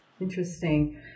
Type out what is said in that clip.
Interesting